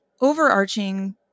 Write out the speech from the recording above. overarching